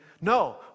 No